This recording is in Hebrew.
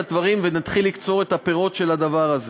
הדברים ונתחיל לקצור את הפירות של הדבר הזה.